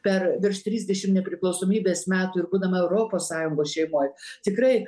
per virš trisdešim nepriklausomybės metų ir būdama europos sąjungos šeimoj tikrai